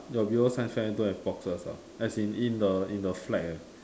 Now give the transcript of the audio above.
your below science fair don't have boxers ah as in in the in the flag eh